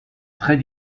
très